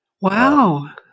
Wow